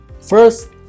First